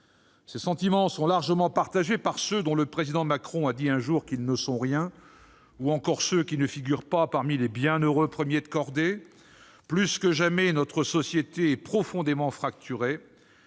Ces sentiments sont largement partagés par ceux dont le président Macron a dit un jour qu'ils « ne sont rien » ou qui ne figurent pas parmi les bienheureux « premiers de cordée ». Plus que jamais, notre société est profondément fracturée.